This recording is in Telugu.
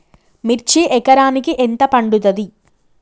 మిర్చి ఎకరానికి ఎంత పండుతది?